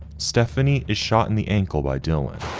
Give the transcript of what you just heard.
stephanie is shot in the ankle by dylan